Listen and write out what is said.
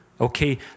okay